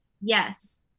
Yes